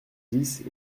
dix